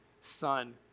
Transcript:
son